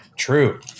True